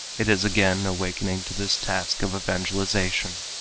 it is again awakening to this task of evangelization.